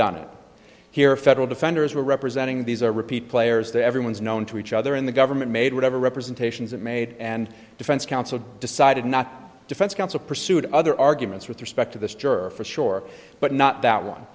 done it here federal defenders were representing these are repeat players that everyone's known to each other and the government made whatever representations it made and defense council decided not defense counsel pursued other arguments with respect to this juror for sure but not that one